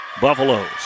Buffaloes